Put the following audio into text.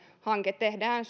hanke tehdään